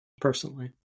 personally